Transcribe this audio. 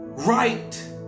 right